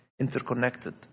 interconnected